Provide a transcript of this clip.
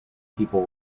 people